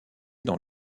dans